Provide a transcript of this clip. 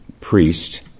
priest